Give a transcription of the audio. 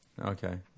Okay